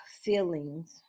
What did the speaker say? Feelings